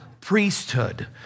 priesthood